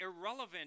irrelevant